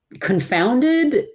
confounded